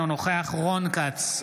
אינו נוכח רון כץ,